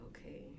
okay